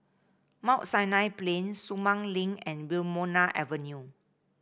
Mount Sinai Plain Sumang Link and Wilmonar Avenue